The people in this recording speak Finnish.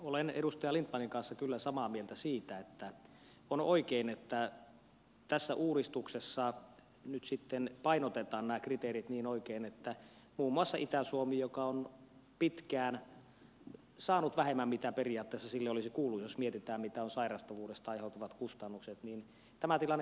olen edustaja lindtmanin kanssa kyllä samaa mieltä siitä että on oikein että tässä uudistuksessa nyt sitten painotetaan nämä kriteerit niin oikein että muun muassa itä suomen osalta joka on pitkään saanut vähemmän kuin mitä periaatteessa sille olisi kuulunut jos mietitään mitä ovat sairastavuudesta aiheutuvat kustannukset tämä tilanne korjaantuu